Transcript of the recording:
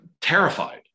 terrified